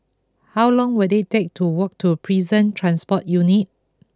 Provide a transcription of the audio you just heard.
how long will it take to walk to Prison Transport Unit